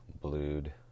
blued